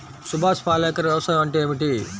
సుభాష్ పాలేకర్ వ్యవసాయం అంటే ఏమిటీ?